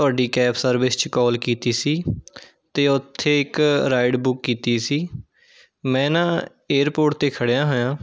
ਤੁਹਾਡੀ cab service 'ਚ call ਕੀਤੀ ਸੀ ਅਤੇ ਉੱਥੇ ਇੱਕ ਰਾਈਡ ਬੁੱਕ ਕੀਤੀ ਸੀ ਮੈਂ ਨਾ ਏਰਪੋਰਟ 'ਤੇ ਖੜ੍ਹਿਆ ਹੋਇਆਂ